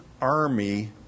army